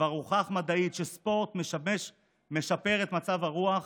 כבר הוכח מדעית שספורט משפר את מצב הרוח,